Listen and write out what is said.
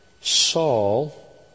Saul